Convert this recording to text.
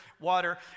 water